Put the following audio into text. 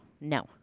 No